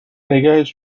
نگهش